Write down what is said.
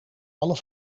alle